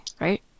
right